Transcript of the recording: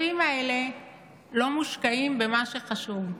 הכספים האלה לא מושקעים במה שחשוב.